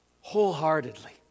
wholeheartedly